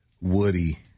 Woody